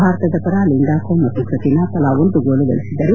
ಭಾರತದ ಪರ ಲಿಂಡಾಕೋಮ್ ಮತ್ತು ಕೃತಿನಾ ತಲಾ ಒಂದು ಗೋಲು ಗಳಿಸಿದ್ದರು